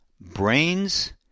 brains